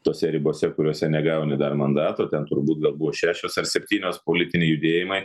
tose ribose kuriose negauni dar mandato ten turbūt gal buvo šešios ar septynios politiniai judėjimai